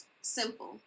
simple